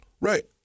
Right